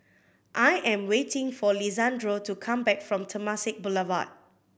I am waiting for Lisandro to come back from Temasek Boulevard